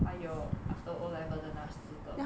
还有 after O level 的那四个